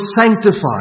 sanctified